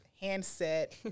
handset